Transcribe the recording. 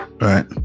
Right